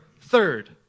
third